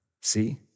See